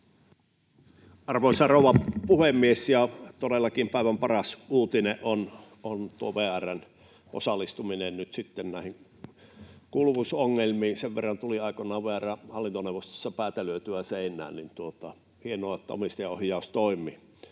Arvoisa rouva puhemies! Todellakin päivän paras uutinen on tuo VR:n osallistuminen nyt sitten näihin kuuluvuusongelmiin. Sen verran tuli aikoinaan VR:n hallintoneuvostossa päätä lyötyä seinään, niin on hienoa, että omistajaohjaus toimii.